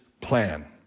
plan